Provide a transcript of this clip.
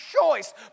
choice